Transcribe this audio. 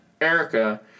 Erica